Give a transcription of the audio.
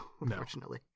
Unfortunately